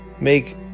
make